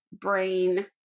brain